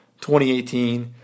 2018